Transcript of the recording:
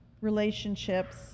relationships